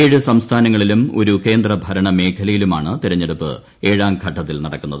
ഏഴ് സംസ്ഥാനങ്ങളിലും ഒരു കേന്ദ്രഭരണ മേഖലയിലുമാണ് തെരഞ്ഞെടുപ്പ് ഏഴാംഘട്ടത്തിൽ നടക്കുന്നത്